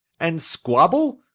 and squabble?